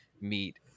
meet